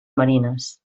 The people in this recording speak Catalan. marines